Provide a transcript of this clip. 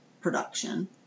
production